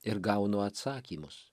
ir gaunu atsakymus